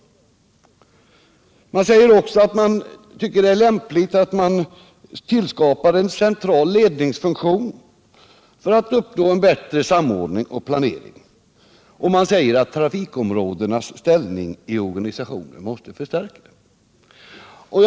Personalen säger också att det är lämpligt att en central ledningsfunktion tillskapas för att uppnå bättre samordning och planering och anser vidare att planeringsområdenas ställning i organisationen måste förstärkas.